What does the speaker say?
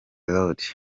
road